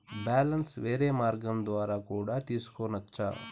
Balance వేరే మార్గం ద్వారా కూడా తెలుసుకొనొచ్చా?